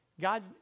God